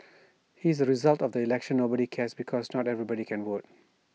here's the result of the election nobody cares because not everybody can vote